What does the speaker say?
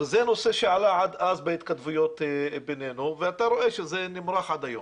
וזה נושא שעלה אז בהתכתבויות בינינו ואתה רואה שזה נמרח עד היום.